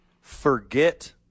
Forget